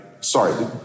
sorry